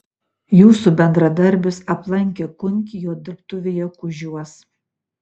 jūsų bendradarbis aplankė kunkį jo dirbtuvėje kužiuos